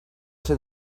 ser